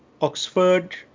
Oxford